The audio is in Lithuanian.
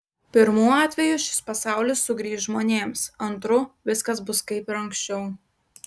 pirmu atveju šis pasaulis sugrįš žmonėms antru viskas bus kaip ir anksčiau